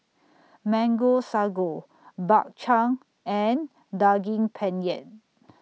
Mango Sago Bak Chang and Daging Penyet